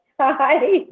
Hi